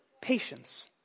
patience